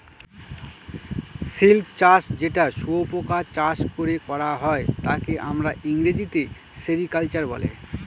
silk চাষ যেটা শুয়োপোকা চাষ করে করা হয় তাকে আমরা ইংরেজিতে সেরিকালচার বলে